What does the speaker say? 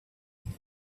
and